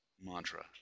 mantra